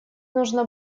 нужно